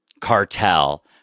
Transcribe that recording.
cartel